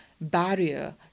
barrier